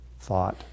thought